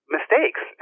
mistakes